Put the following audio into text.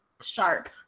Sharp